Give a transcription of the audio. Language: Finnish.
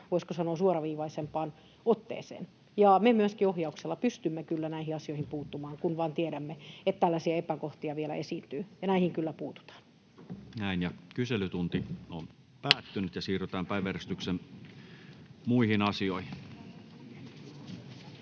voisiko sanoa, suoraviivaisempaan otteeseen, ja me myöskin ohjauksella pystymme kyllä näihin asioihin puuttumaan, kun vain tiedämme, että tällaisia epäkohtia vielä esiintyy, ja näihin kyllä puututaan. [Speech 103] Speaker: Ensimmäinen varapuhemies Antti